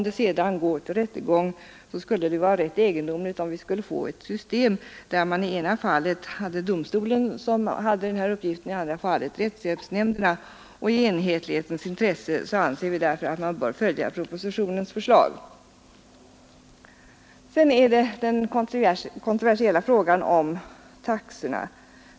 Det skulle vara rätt egendomligt om vi får ett system där i det ena fallet domstolen hade den här uppgiften och i det andra fallet rättshjälpsnämnden. I enhetlighetens intresse anser vi därför att man bör följa propositionens förslag. Sedan vill jag beröra den kontroversiella frågan om taxorna.